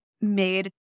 made